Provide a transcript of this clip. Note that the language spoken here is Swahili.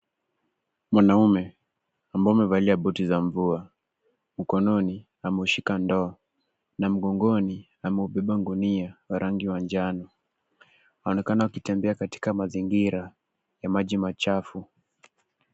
Mwanaume ambao amevalia buti za mvua. Mkononi ameshika ndoo, na mgongoni amebeba gunia ya rangi wa njano. Anaonekana akitembea katika mazingira ya maji machafu.